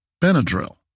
Benadryl